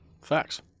facts